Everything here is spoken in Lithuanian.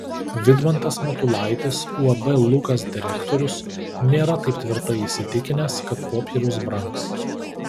vidmantas matulaitis uab lukas direktorius nėra taip tvirtai įsitikinęs kad popierius brangs